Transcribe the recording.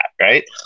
right